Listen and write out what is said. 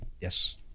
yes